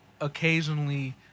occasionally